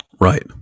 Right